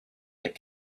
that